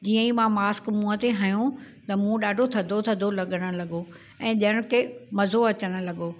जीअं ई मां मास्क मुंहुं ते हयो त मुंहुं ॾाढो थदो थदो लॻणु लॻो ऐं ॼण ते मज़ो अचनि लॻो